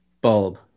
bulb